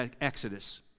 Exodus